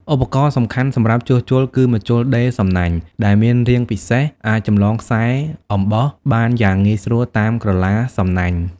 ឧបករណ៍សំខាន់សម្រាប់ជួសជុលគឺ ម្ជុលដេរសំណាញ់ ដែលមានរាងពិសេសអាចចម្លងខ្សែអំបោះបានយ៉ាងងាយស្រួលតាមក្រឡាសំណាញ់។